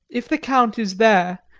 if the count is there,